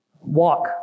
walk